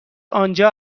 آنجا